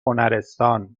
هنرستان